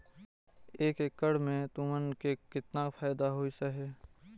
एक एकड़ मे तुमन के केतना फायदा होइस अहे